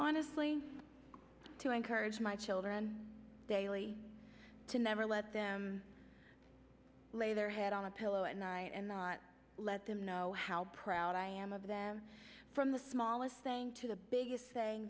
honestly to encourage my children daily to never let them lay their head on a pillow at night and let them know how proud i am of them from the smallest thing to the biggest